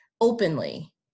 openly